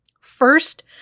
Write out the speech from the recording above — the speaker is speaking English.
First